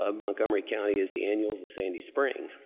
ah montgomery county is the annals of sandy spring,